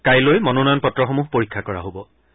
কাইলৈ মনোনয়ন পত্ৰসমূহ পৰীক্ষা কৰা হ'ব